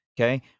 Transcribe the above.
okay